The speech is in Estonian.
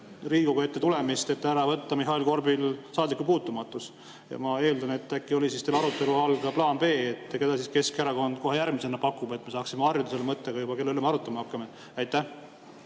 Riigikogu ette tulemist, et võtta ära Mihhail Korbilt saadikupuutumatus. Ja ma eeldan, et äkki oli teil arutelu all ka plaan B, keda Keskerakond kohe järgmisena pakub, et me saaksime harjuda selle mõttega, kelle üle me arutama hakkame. Aitäh!